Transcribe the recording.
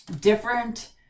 different